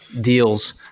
deals